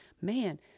Man